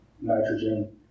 nitrogen